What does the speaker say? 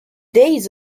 days